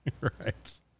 Right